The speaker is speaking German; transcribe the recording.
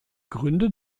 gründe